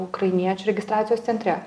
ukrainiečių registracijos centre